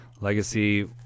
legacy